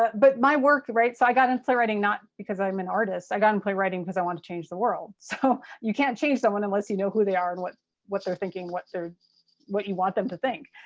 but but my work, right, so i got into playwriting not because i'm an artist. i got into and playwriting because i want to change the world. so you can't change someone unless you know who they are and what what they're thinking and so what you want them to think.